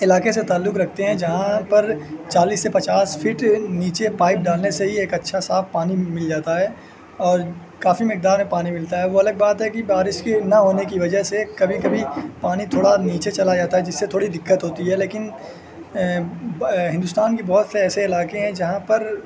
علاقے سے تعلق رکھتے ہیں جہاں پر چالیس سے پچاس فٹ نیچے پائپ ڈالنے سے ہی ایک اچھا صاف پانی مل جاتا ہے اور کافی مقدار میں پانی ملتا ہے وہ الگ بات ہے کہ بارش کی نہ ہونے کی وجہ سے کبھی کبھی پانی تھوڑا نیچے چلا جاتا ہے جس سے تھوڑی دقت ہوتی ہے لیکن ہندوستان کے بہت سے ایسے علاقے ہیں جہاں پر